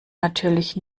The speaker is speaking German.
natürlich